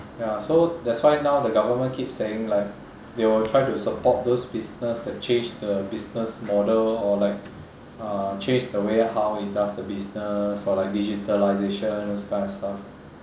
ya so that's why now the government keeps saying like they will try to support those business that change the business model or like uh change the way how it does the business or like digitalisation those kind of stuff